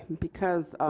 because.